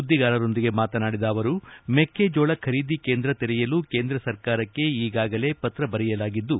ಸುದ್ದಿಗಾರರೊಂದಿಗೆ ಮಾತನಾಡಿದ ಅವರು ಮೆಕ್ಕೆಜೋಳ ಖರೀದಿ ಕೇಂದ್ರ ತೆರೆಯಲು ಕೇಂದ್ರ ಸರ್ಕಾರಕ್ಕೆ ಈಗಾಗಲೇ ಪತ್ರ ಬರೆಯಲಾಗಿದ್ದು